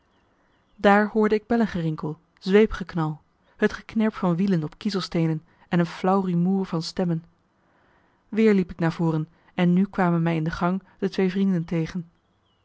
daar hoorde ik bellengerinkel zweepgeknal het geknerp van wielen op kiezelsteenen en een flauw rumoer van stemmen weer liep ik naar voren en nu kwamen mij in de gang de twee vrienden tegen